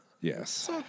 yes